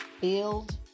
build